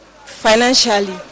financially